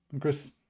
Chris